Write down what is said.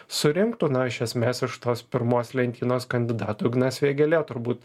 surinktų na iš esmės iš tos pirmos lentynos kandidatų ignas vėgėlė turbūt